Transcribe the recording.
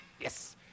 Yes